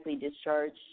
discharged